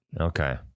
Okay